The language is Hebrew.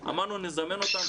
ואמרנו שנזמן אותם,